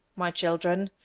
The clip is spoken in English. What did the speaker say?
my children,